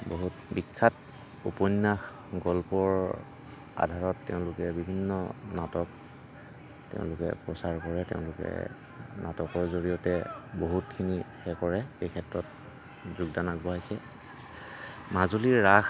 বহুত বিখ্যাত উপন্যাস গল্পৰ আধাৰত তেওঁলোকে বিভিন্ন নাটক তেওঁলোকে প্ৰচাৰ কৰে তেওঁলোকে নাটকৰ জৰিয়তে বহুতখিনি হে কৰে এই ক্ষেত্ৰত যোগদান আগবঢ়াইছে মাজুলীৰ ৰাস